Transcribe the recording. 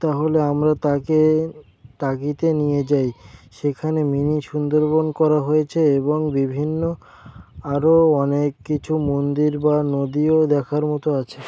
তাহলে আমরা তাকে টাকিতে নিয়ে যাই সেখানে মিনি সুন্দরবন করা হয়েছে এবং বিভিন্ন আরও অনেক কিছু মন্দির বা নদীও দেখার মতো আছে